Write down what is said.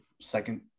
second